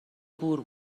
بور